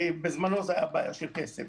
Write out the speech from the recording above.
בזמנו זו הייתה בעיה של כסף.